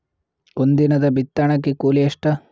ಒಂದಿನದ ಬಿತ್ತಣಕಿ ಕೂಲಿ ಎಷ್ಟ?